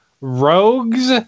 rogues